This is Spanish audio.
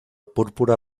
púrpura